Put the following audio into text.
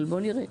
אבל בואו נראה.